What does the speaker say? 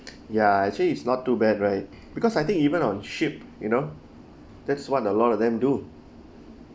ya actually is not too bad right because I think even on ship you know that's what a lot of them do